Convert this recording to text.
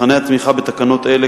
מבחני התמיכה בתקנות אלה,